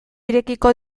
irekiko